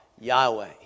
Yahweh